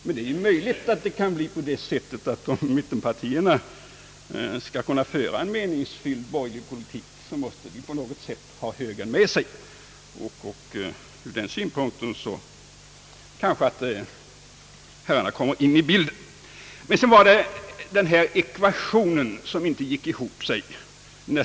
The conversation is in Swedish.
Men det är möjligt att om mittenpartierna skall kunna föra en meningsfylld borgerlig politik måste de på något sätt ha högern med sig. Och ur den synpunkten kanske herrarna kommer in i bilden. Jag vill sedan ta upp den där ekvationen, som inte går ihop.